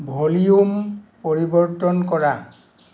volume পৰিৱৰ্তন কৰা